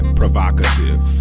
provocative